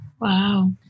Wow